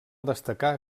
destacar